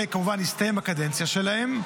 וכמובן הסתיימה הקדנציה שלהם,